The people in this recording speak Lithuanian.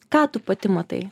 ką tu pati matai